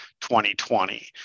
2020